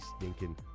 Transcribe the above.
stinking